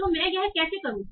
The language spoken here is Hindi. तो मैं यह कैसे करूँ